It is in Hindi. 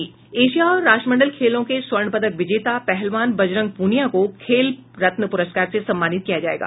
एशिया और राष्ट्रमंडल खेलों के स्वर्ण पदक विजेता पहलवान बजरंग पूनिया को खेल रत्न पुरस्कार से सम्मानित किया जायेगा